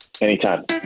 Anytime